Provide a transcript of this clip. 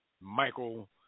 Michael